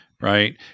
right